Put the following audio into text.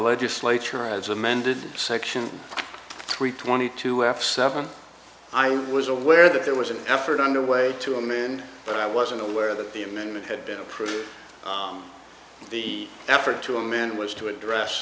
legislature as amended section three twenty two f seven i was aware that there was an effort underway to amend but i wasn't aware that the amendment had been approved the effort to amend was to address